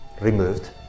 removed